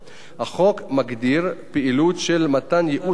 החוק מגדיר פעילות של מתן ייעוץ השקעות,